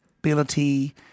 ability